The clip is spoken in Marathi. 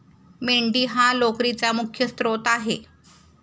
मेंढी हा लोकरीचा मुख्य स्त्रोत आहे